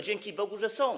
Dzięki Bogu, że są.